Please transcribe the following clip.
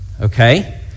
Okay